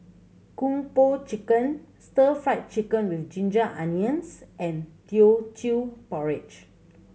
Kung Po Chicken Stir Fried Chicken With Ginger Onions and Teochew Porridge